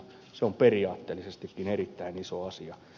se on periaatteellisestikin erittäin iso asia